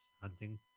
hunting